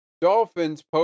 Dolphins